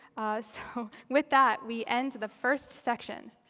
so with that, we end the first section.